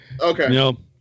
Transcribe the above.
Okay